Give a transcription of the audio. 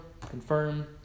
confirm